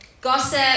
gossip